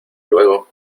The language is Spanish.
luego